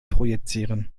projizieren